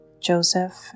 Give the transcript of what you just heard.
Joseph